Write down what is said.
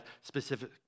specific